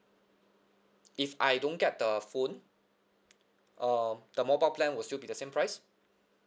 if I don't get the phone uh the mobile plan will still be the same price